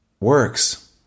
works